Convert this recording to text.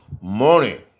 morning